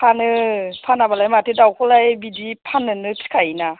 फानो फाना बालाय माथो दावखौलाय बिदि फान्नोनो फिखायो ना